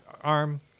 arm